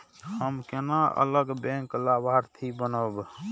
हम केना अलग बैंक लाभार्थी बनब?